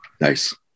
Nice